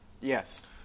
Yes